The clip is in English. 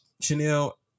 Chanel